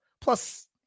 plus